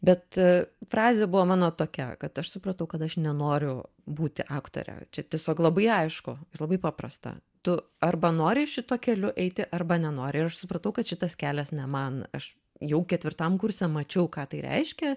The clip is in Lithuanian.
bet frazė buvo mano tokia kad aš supratau kad aš nenoriu būti aktore čia tiesiog labai aišku ir labai paprasta tu arba nori šituo keliu eiti arba nenori ir aš supratau kad šitas kelias ne man aš jau ketvirtam kurse mačiau ką tai reiškia